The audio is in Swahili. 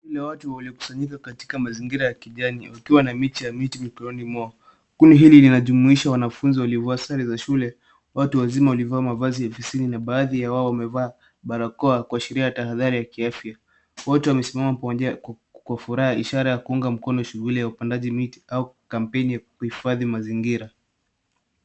Kundi la watu waliokusanyika katika mazingira ya kijani wakiwa na miche ya miti mikononi mwao. Kundi hili linajumuisha wanafunzi waliovaa sare za shule watu wazima wamevaa mavazi ya ofisini na baadhi yao wamevaa barakoa kuashiria tahadhari ya kiafia. Wote wamesimama pamoja kwa furaha, ishara ya kuunga mkono shughuli ya upandaji miti au kampeni yakuhifadhi mazingira.